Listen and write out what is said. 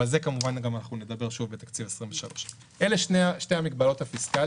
אבל על זה אנחנו נדבר שוב בתקציב 2023. אלה שתי המגבלות הפיסקליות.